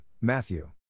Matthew